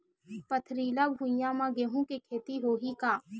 पथरिला भुइयां म गेहूं के खेती होही का?